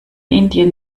indien